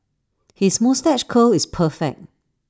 his moustache curl is perfect